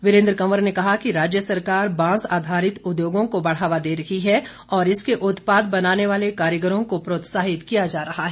वीरेन्द्र कंवर ने कहा कि राज्य सरकार बांस आधारित उद्योगों को बढ़ावा दे रही है और इसके उत्पाद बनाने वाले कारीगरों को प्रोत्साहित किया जा रहा है